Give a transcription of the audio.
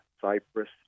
Cyprus